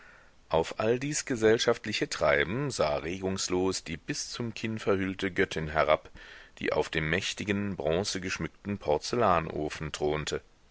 auf all dies gesellschaftliche treiben sah regungslos die bis zum kinn verhüllte göttin herab die auf dem mächtigen bronzegeschmückten porzellanofen thronte